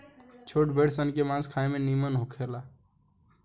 छोट भेड़ सन के मांस खाए में निमन होला